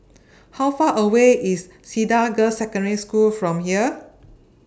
How Far away IS Cedar Girls' Secondary School from here